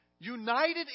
united